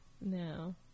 No